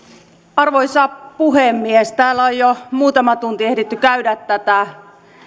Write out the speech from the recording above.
arvoisa puhemies täällä on jo muutama tunti ehditty käydä tätä